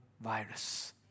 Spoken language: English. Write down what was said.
virus